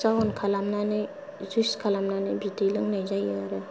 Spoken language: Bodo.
जामन खालामनानै जुइस खालामनानै बिदै लोंनाय जायो आरो